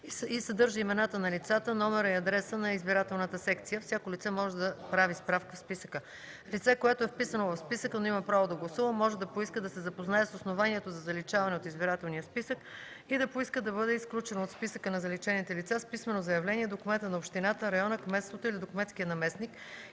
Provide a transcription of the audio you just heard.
и съдържа имената на лицата, номера и адреса на избирателната секция. Всяко лице може да прави справка в списъка. (2) Лице, което е вписано в списъка, но има право да гласува, може да поиска да се запознае с основанието за заличаване от избирателния списък и да поиска да бъде изключено от списъка на заличените лица с писмено заявление до кмета на общината, района, кметството или до кметския наместник